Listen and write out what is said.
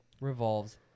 revolves